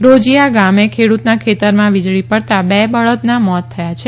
રોજીયા ગામે ખેડૂતના ખેતરમાં વીજળી પડતા બે બળદના મોત થયા છે